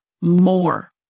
more